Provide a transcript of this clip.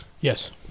Yes